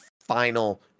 final